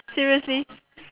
seriously